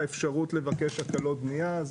האפשרות לבקש הקלות בנייה.